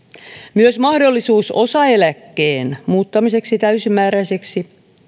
myös mahdollisuus osaeläkkeen muuttamiseen täysimääräiseksi